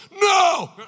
No